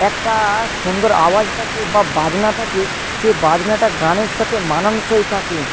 একটা সুন্দর আওয়াজ থাকে বা বাজনা থাকে সেই বাজনাটা গানের সাথে মানানসই থাকে